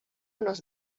nos